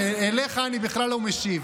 לך אני בכלל לא משיב.